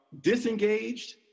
disengaged